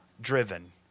driven